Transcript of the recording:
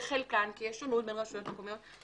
כי יש שונות בין רשויות מקומיות,